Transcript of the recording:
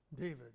David